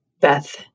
Beth